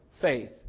faith